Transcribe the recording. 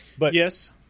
Yes